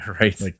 right